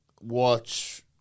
watch